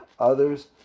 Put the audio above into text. others